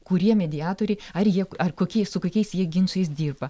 kurie mediatoriai ar jie ar kokie su kokiais jie ginčais dirba